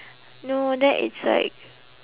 no that is like